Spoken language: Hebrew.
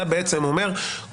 אתה בעצם אומר,